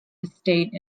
estate